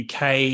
UK